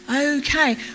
Okay